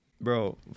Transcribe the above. bro